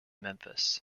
memphis